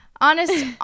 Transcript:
honest